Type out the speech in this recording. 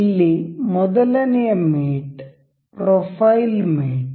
ಇಲ್ಲಿ ಮೊದಲನೆಯ mate profile mate